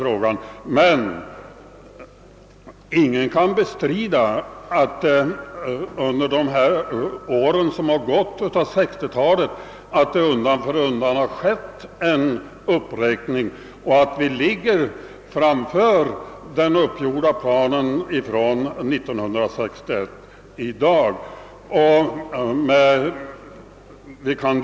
Ingen lär heller kunna bestrida att det under 1960-talet har skett uppräkningar undan för undan, så att vi i dag ligger före den 1961 uppgjorda planen.